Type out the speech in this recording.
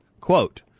Quote